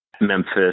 Memphis